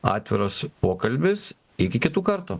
atviras pokalbis iki kitų kartų